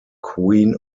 queen